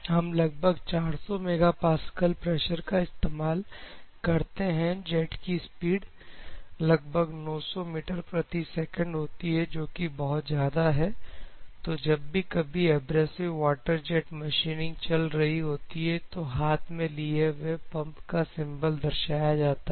हम लगभग 400 megapascal pressure का इस्तेमाल करता है जेट की स्पीड लगभग 900 मीटर प्रति सेकंड होती है जो कि बहुत ज्यादा है तो जब भी कभी एब्रेसिव वाटर जेट मशीन चल रही होती है तो हाथ में लिए हुए पंप का सिंबल दर्शाया जाता है